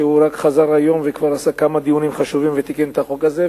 שרק היום חזר וכבר עשה כמה דיונים חשובים ותיקן את החוק הזה,